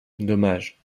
dommage